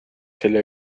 selle